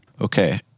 Okay